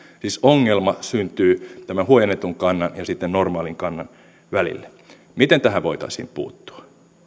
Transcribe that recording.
siis ongelma syntyy tämän huojennetun kannan ja sitten normaalin kannan välille miten tähän voitaisiin puuttua